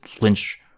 Lynch